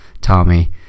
Tommy